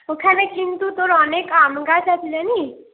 ওখানে কিন্তু তোর অনেক আম গাছ আছে জানিস